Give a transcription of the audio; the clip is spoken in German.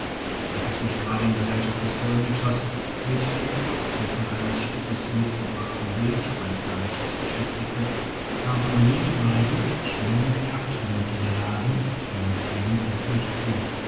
als ich mich gerade in gesellschaft des dolmetschers mit dem abkochen eines stückes mitgebrachten wildschweinfleisches beschäftigte kamen jene beiden schwer mit jagdbeute beladen triumphierend auf mich zu